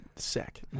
Sick